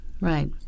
right